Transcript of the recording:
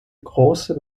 große